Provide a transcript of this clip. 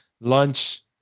lunch